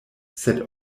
sed